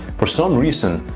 for some reason,